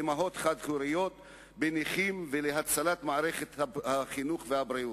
באמהות חד-הוריות ובנכים ולהצלת מערכת החינוך ומערכת הבריאות.